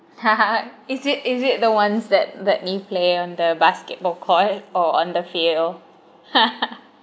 is it is it the ones that that you play on the basketball court or on the field